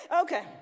Okay